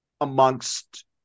amongst